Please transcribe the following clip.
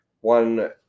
one